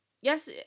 Yes